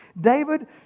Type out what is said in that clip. David